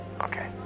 okay